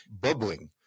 bubbling